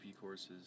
courses